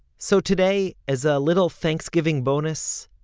so today, as a little thanksgiving bonus,